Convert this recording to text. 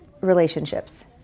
relationships